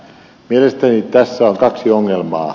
mielestäni tässä on kaksi ongelmaa